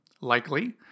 likely